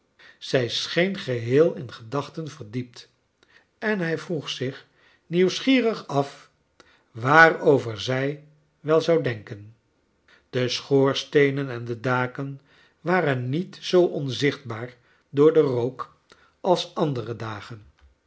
zij scheen geheel in gedachten verdiept en hij vroeg zich nieuwsgierig af waarover zij wel zou denken de schoorsteenen en de daken waren niet zoo onzichtbaar door den rook als andere dagen